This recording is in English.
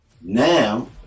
now